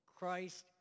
Christ